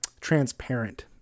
transparent